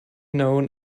known